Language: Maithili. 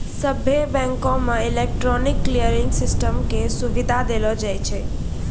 सभ्भे बैंको मे इलेक्ट्रॉनिक क्लियरिंग सिस्टम के सुविधा देलो जाय छै